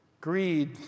greed